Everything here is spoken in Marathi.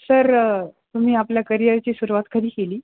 सर तुम्ही आपल्या करिअरची सुरुवात कधी केली